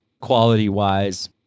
quality-wise